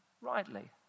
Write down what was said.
rightly